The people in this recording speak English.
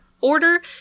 order